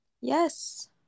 Yes